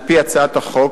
על-פי הצעת החוק,